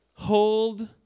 Hold